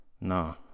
No